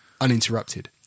uninterrupted